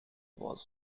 was